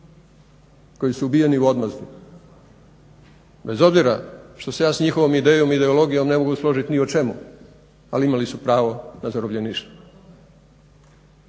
koji su ubijeni u odmazdu. Bez obzira što se ja s njihovom idejom i ideologijom ne mogu složiti ni o čemu, ali imali su pravo na zarobljeništvo.